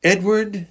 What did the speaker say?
Edward